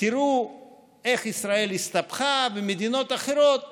תראו איך ישראל הסתבכה ומדינות אחרות משתפרות,